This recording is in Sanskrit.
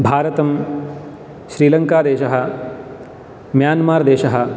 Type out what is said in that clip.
भारतं श्रीलङ्कादेशः मियान्मर्देशः